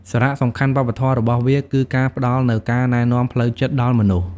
សារៈសំខាន់វប្បធម៌របស់វាគឺការផ្តល់នូវការណែនាំផ្លូវចិត្តដល់មនុស្ស។